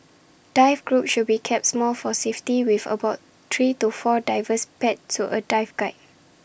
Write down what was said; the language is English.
dive groups should be kept small for safety with about three to four divers paired to A dive guide